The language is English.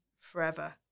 forever